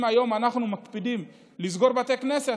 אם היום אנחנו מקפידים לסגור בתי כנסת,